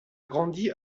grandi